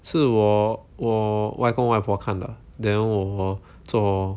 是我我外公外婆看的 then 我做我